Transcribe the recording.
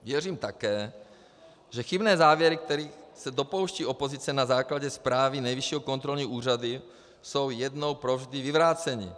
Věřím také, že chybné závěry, kterých se dopouští opozice na základě zprávy Nejvyššího kontrolního úřadu, jsou jednou provždy vyvráceny.